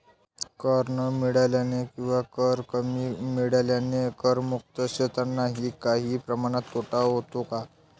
कर न मिळाल्याने किंवा कर कमी मिळाल्याने करमुक्त क्षेत्रांनाही काही प्रमाणात तोटा होतो का?